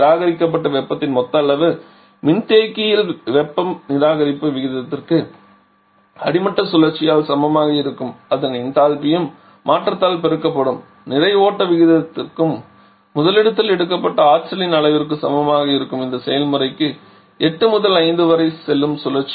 நிராகரிக்கப்பட்ட வெப்பத்தின் மொத்த அளவு மின்தேக்கியில் வெப்ப நிராகரிப்பு விகிதத்திற்கு அடிமட்ட சுழற்சியால் சமமாக இருக்கும் அதன் என்தால்பியின் மாற்றத்தால் பெருக்கப்படும் நிறை ஓட்ட விகிதத்திற்கும் முதலிடத்தால் எடுக்கப்பட்ட ஆற்றலின் அளவிற்கும் சமமாக இருக்கும் இந்த செயல்முறைக்கு 8 முதல் 5 வரை செல்லும் சுழற்சி